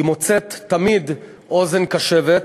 היא מוצאת תמיד אוזן קשבת,